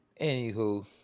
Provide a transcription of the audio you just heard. Anywho